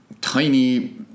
tiny